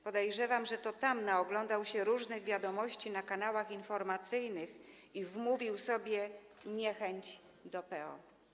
Podejrzewam, że to tam naoglądał się różnych wiadomości na kanałach informacyjnych i wmówił sobie niechęć do PO.